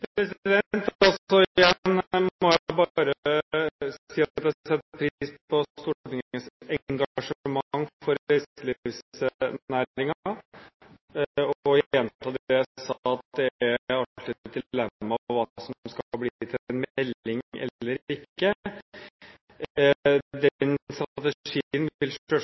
Igjen må jeg bare si at jeg setter pris på Stortingets engasjement for reiselivsnæringen, og gjenta det jeg sa, at det er alltid et dilemma hva som skal bli til en melding eller ikke. Den strategien vil